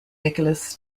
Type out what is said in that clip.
nicolas